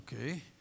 okay